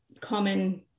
common